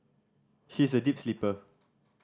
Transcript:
she is a deep sleeper